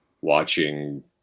watching